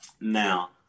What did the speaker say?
Now